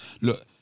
Look